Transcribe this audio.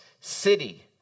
city